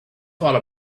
thought